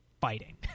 fighting